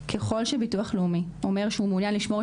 ככל שביטוח לאומי אומר שהוא מעוניין לשמור את